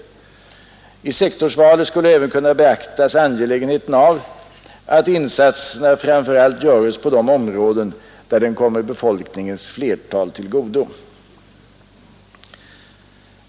I sektorsvalet skulle även kunna beaktas angelägenheten av att insatserna framför allt göres på de områden där de kommer befolkningens flertal till godo.